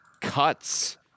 cuts